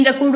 இந்த குழு